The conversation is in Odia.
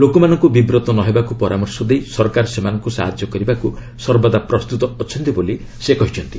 ଲୋକମାନଙ୍କୁ ବିବ୍ରତ ନହେବାକୁ ପରାମର୍ଶ ଦେଇ ସରକାର ସେମାନଙ୍କୁ ସାହାଯ୍ୟ କରିବାକୁ ସର୍ବଦା ପ୍ରସ୍ତୁତ ଅଛନ୍ତି ବୋଲି ସେ କହିଚ୍ଛନ୍ତି